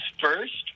first